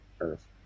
Earth